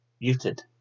muted